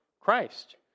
Christ